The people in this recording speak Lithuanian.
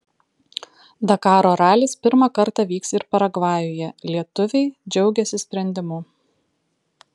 dakaro ralis pirmą kartą vyks ir paragvajuje lietuviai džiaugiasi sprendimu